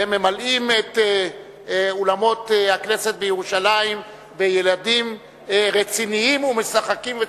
והם ממלאים את אולמות הכנסת בירושלים בילדים רציניים ומשחקים וצוחקים.